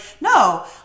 no